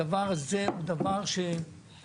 הדבר הזה הוא דבר שהיום,